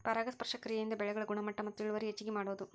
ಪರಾಗಸ್ಪರ್ಶ ಕ್ರಿಯೆಯಿಂದ ಬೆಳೆಗಳ ಗುಣಮಟ್ಟ ಮತ್ತ ಇಳುವರಿ ಹೆಚಗಿ ಮಾಡುದು